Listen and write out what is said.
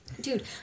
Dude